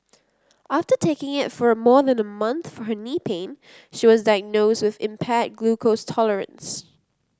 after taking it for more than a month for her knee pain she was diagnosed with impaired glucose tolerance